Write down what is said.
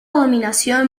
dominación